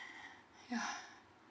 yeah